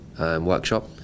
workshop